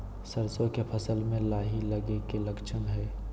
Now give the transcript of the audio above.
सरसों के फसल में लाही लगे कि लक्षण हय?